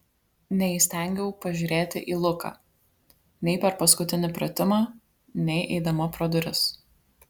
neįstengiau pažiūrėti į luką nei per paskutinį pratimą nei eidama pro duris